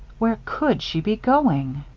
where could she be going?